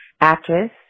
actress